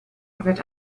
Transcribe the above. wird